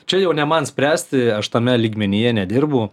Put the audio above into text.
čia jau ne man spręsti aš tame lygmenyje nedirbu